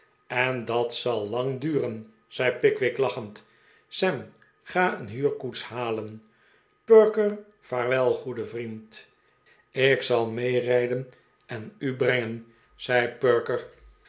en dat zal lang duren zei pickwick lachend sam ga een huurkoets halen perker vaarwel goede yriend ik zal meerijden en u brengen zei perker